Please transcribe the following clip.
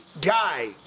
guy